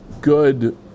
good